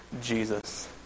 Jesus